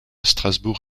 strasbourg